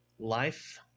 Life